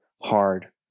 hard